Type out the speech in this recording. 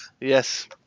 yes